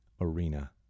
arena